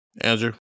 Andrew